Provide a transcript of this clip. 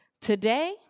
today